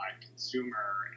consumer